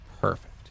Perfect